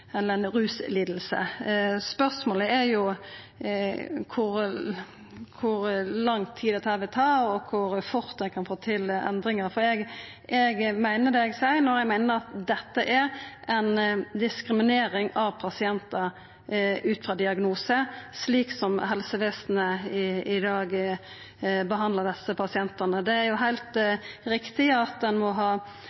kan få til endringar, for eg meiner det eg seier, når eg seier at det er diskriminering av pasientar ut frå diagnose slik helsevesenet i dag behandlar desse pasientane. Det er heilt